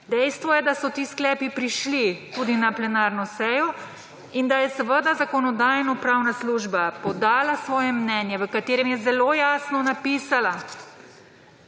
Dejstvo je, da so ti sklepi prišli tudi na plenarno sejo. In da je seveda Zakonodajno-pravna služba podala svoje mnenje, v katerem je zelo jasno napisala: